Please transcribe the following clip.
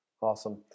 awesome